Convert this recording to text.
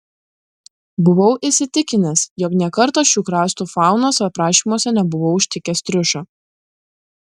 buvau įsitikinęs jog nė karto šių kraštų faunos aprašymuose nebuvau užtikęs triušio